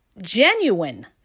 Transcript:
genuine